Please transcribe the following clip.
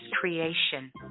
creation